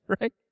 right